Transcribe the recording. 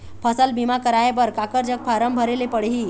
फसल बीमा कराए बर काकर जग फारम भरेले पड़ही?